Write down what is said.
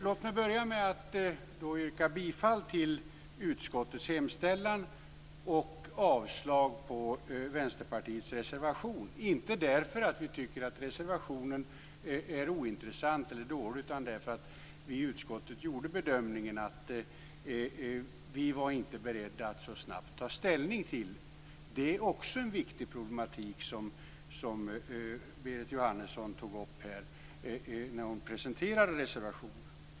Låt mig börja med att yrka bifall till utskottets hemställan och avslag på Vänsterpartiets reservation, inte därför att vi tycker att reservationen är ointressant eller dålig, utan därför att vi i utskottet gjorde bedömningen att vi inte var beredda att så snabbt ta ställning till detta. Det är också en viktig problematik, som Berit Jóhannesson tog upp här när hon presenterade reservationen.